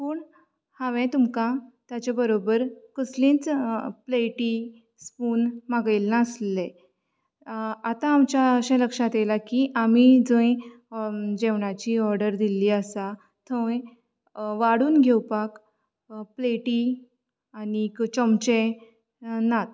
पूण हांवें तुमकां ताचे बरोबर कसलींच प्लेटी स्पून मागयल्ल नासलें आतां आमच्या अशें लक्षांत अेयलां की आमी जंय जेवणाची ऑर्डर दिल्ली आसा थंय वाडून घेवपाक प्लेटी आनीक चोमचें नात